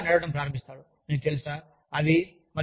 నెమ్మదిగా నడవడం ప్రారంభిస్తాడు మీకు తెలుసా అవి